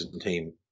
team